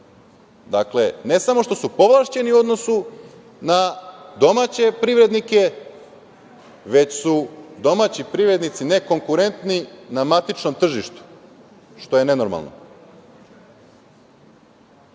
Dakle, ne samo što su povlašćeni u odnosu na domaće privrednike, već su domaći privrednici nekonkurentni na matičnom tržištu, što je nenormalno. Mi